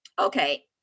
Okay